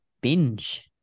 binge